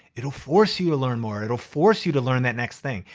it'll force you to learn more. it'll force you to learn that next thing.